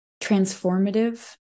transformative